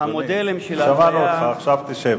שמענו אותך, עכשיו תשב.